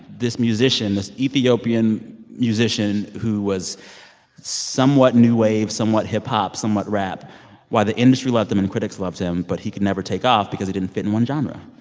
this musician this ethiopian musician who was somewhat new wave, somewhat hip-hop, somewhat rap why the industry loved him and critics loved him but he could never take off because he didn't fit in one genre.